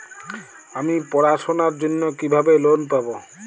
আমি পড়াশোনার জন্য কিভাবে লোন পাব?